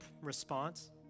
response